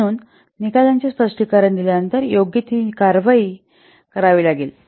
म्हणून निकालाचे स्पष्टीकरण दिल्यानंतर योग्य निर्णय किंवा कारवाई करावी लागेल